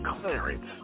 Clarence